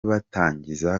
batangije